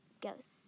ghosts